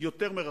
יותר מרחמת.